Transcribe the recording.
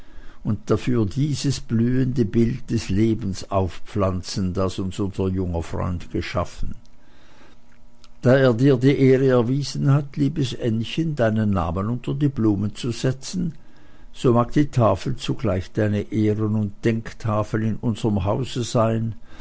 und dafür dieses blühende bild des lebens aufpflanzen das uns unser junger freund geschaffen da er dir die ehre erwiesen hat liebes ännchen deinen namen unter die blumen zu setzen so mag die tafel zugleich deine ehren und denktafel in unserm hause sein